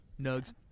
nugs